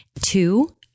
Two